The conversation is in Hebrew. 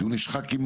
כי הוא נשחק עם